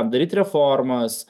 daryt reformas